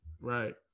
right